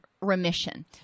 remission